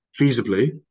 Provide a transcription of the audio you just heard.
feasibly